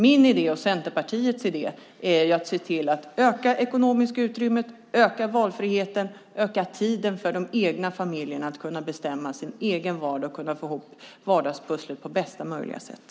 Min och Centerpartiets idé är att se till att öka det ekonomiska utrymmet, öka valfriheten och öka tiden för de egna familjerna att kunna bestämma över sin egen vardag och kunna få ihop vardagspusslet på bästa möjliga sätt.